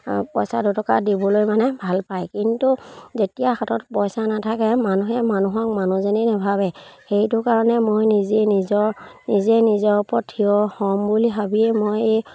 পইচা দুটকা দিবলৈ মানে ভাল পায় কিন্তু যেতিয়া হাতত পইচা নাথাকে মানুহে মানুহক মানুহ যেনেই নাভাবে সেইটো কাৰণে মই নিজে নিজৰ নিজে নিজৰ ওপৰত থিয় হ'ম বুলি ভাবিয়ে মই এই